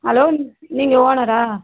hello நீங்க நீங்கள் ஓனரா